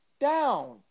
down